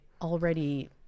already